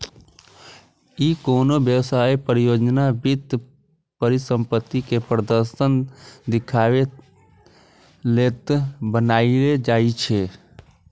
ई कोनो व्यवसाय, परियोजना, वित्तीय परिसंपत्ति के प्रदर्शन देखाबे लेल बनाएल जाइ छै